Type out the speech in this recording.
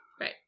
Right